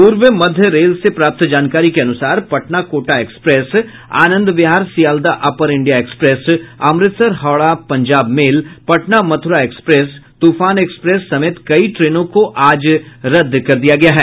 पूर्व मध्य रेल से प्राप्त जानकारी के अनुसार Patna Kota express Anand Vihar Sealdah upper India एक्सप्रेसअमृतसर Howrah Punjab mail Patna Mathura express त्रफान express समेत कई ट्रेनों को आज रदद कर दिया गया है